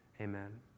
Amen